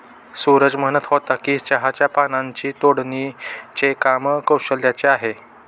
सूरज म्हणत होता की चहाच्या पानांची तोडणीचे काम कौशल्याचे आहे